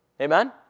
Amen